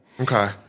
Okay